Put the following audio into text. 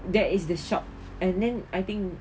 that is the shock and then I think